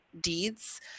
deeds